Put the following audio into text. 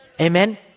Amen